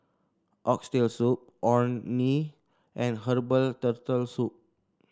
Oxtail Soup Orh Nee and Herbal Turtle Soup